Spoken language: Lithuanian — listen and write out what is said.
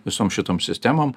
visom šitom sistemom